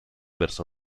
verso